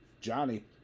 Johnny